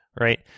right